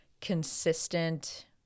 consistent